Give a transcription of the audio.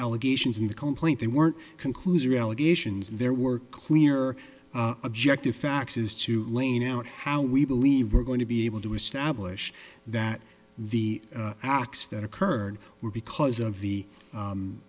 allegations in the complaint they weren't conclusory allegations there were clear objective facts is to lane out how we believe we're going to be able to establish that the acts that occurred were because of the